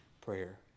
prayer